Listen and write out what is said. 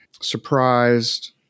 surprised